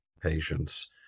patients